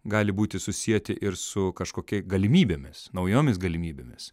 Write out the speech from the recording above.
gali būti susieti ir su kažkokia galimybėmis naujomis galimybėmis